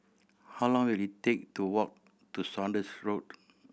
how long will it take to walk to Saunders Road